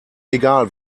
egal